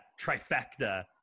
trifecta